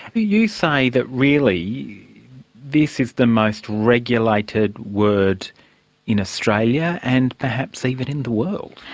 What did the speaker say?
you you say that really this is the most regulated word in australia and perhaps even in the world.